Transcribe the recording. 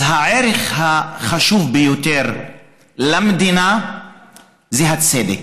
אז הערך החשוב ביותר למדינה זה הצדק.